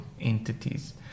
entities